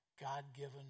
God-given